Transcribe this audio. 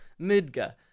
Midga